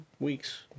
Weeks